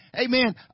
amen